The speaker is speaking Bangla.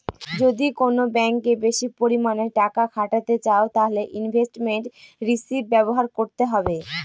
যদি কোন ব্যাঙ্কে বেশি পরিমানে টাকা খাটাতে চাও তাহলে ইনভেস্টমেন্ট রিষিভ ব্যবহার করতে হবে